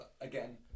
again